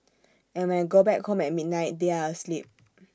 and when I go back home at midnight they are asleep